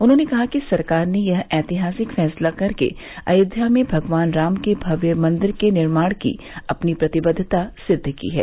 उन्होंने कहा कि सरकार ने यह ऐतिहासिक फैसला करके अयोध्या में भगवान राम के भव्य मन्दिर के निर्माण की अपनी प्रतिबद्वता सिद्व की है